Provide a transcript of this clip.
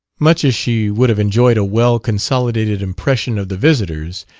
much as she would have enjoyed a well-consolidated impression of the visitors,